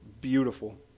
beautiful